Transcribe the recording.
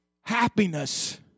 happiness